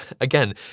again